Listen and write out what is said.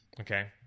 Okay